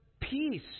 peace